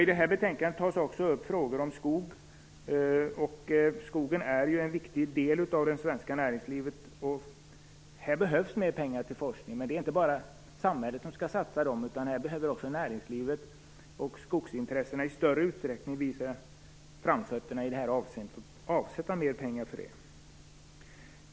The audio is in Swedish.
I det här betänkandet tas också frågor om skog upp. Skogen är en viktig del av det svenska näringslivet. Här behövs det mer pengar till forskning, men det är inte bara samhället som skall satsa dem, utan i det här avseendet behöver också näringslivet och skogsintressena i stort visa framfötterna och avsätta mer pengar.